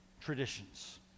traditions